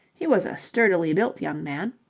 he was a sturdily built young man.